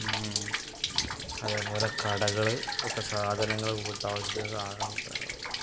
അതേപോലെ കടകള് ഒക്കെ സാധനങ്ങള് വീട്ടാവശ്യത്തിന് സാധനമൊക്കെ